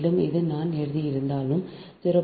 மேலும் இது நான் எழுதியிருந்தாலும் 0